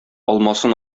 алмасын